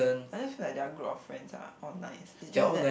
I just feel like their group of friends are all nice it's just that